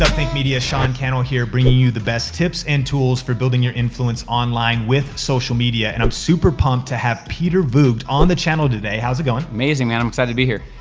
ah think media? sean cannell here, bringing you the best tips, and tools for building your influence online with social media, and i'm super pumped to have peter voogd on the channel today. how's it goin'? amazing, man. i'm excited to be here.